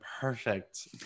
perfect